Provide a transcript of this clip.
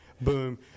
boom